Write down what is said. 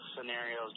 scenarios